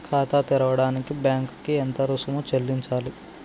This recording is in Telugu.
ఖాతా తెరవడానికి బ్యాంక్ కి ఎంత రుసుము చెల్లించాలి?